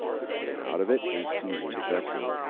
he came out of it a seasoned veteran.